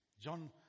John